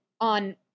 on